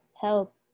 help